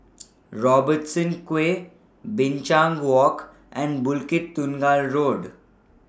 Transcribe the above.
Robertson Quay Binchang Walk and Bukit Tunggal Road